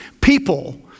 people